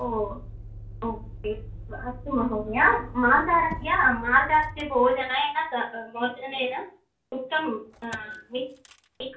ओ ओ अस्ति अस्तु महोदय मार्जारस्य मार्जारस्य भोजनेन स भोजनेन उक्तं मिक्स् मिक्स्